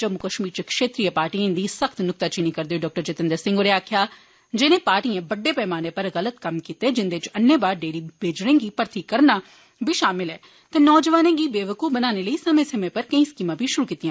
जम्मू कश्मीर च क्षेत्रीय पार्टिएं दी सख्त नुख्ताचीनी करदे होई डॉ जितेनद्र सिंह होरें आक्खेआ जे इनें पार्टिएं बड्डे पैमाने पर गलत कम्म कीते जिंदे च अन्नेवाह् डेली वेजरें गी मर्थी करना बी शामल ऐ ते नोजवानें गी बेवकूफ बनाने लेई समें समें पर केई स्कीमां बी शुरू कीतियां